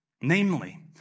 Namely